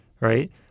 right